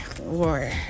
war